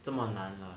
这么难 lah